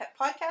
podcast